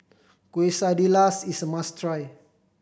quesadillas is a must try